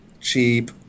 cheap